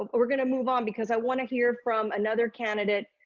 ah but we're gonna move on because i wanna hear from another candidate,